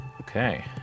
Okay